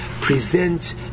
present